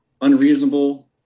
unreasonable